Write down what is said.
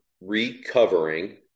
recovering